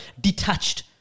Detached